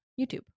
YouTube